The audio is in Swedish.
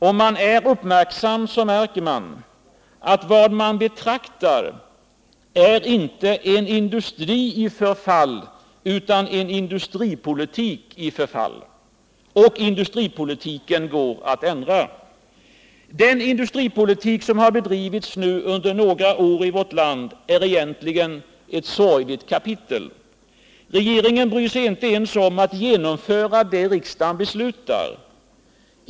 Den uppmärksamme märker att vad man betraktar är inte en industri i förfall utan en industripolitik i förfall. Och industripolitiken går att ändra. Den industripolitik som nu har bedrivits under några år i vårt land är egentligen ett sorgligt kapitel. Regeringen bryr sig inte ens om att genomföra det riksdagen beslutar.